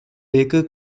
baker